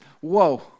Whoa